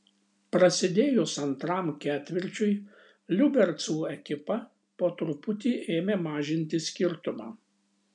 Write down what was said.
prasidėjus antram ketvirčiui liubercų ekipa po truputį ėmė mažinti skirtumą